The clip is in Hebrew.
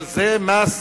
אבל זה מס